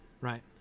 Right